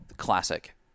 classic